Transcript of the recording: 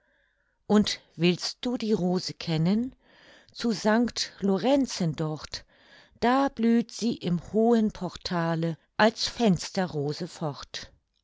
und willst du die rose kennen zu sanct lorenzen dort da blüht sie im hohen portale als fenster rose fort